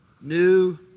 new